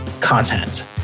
content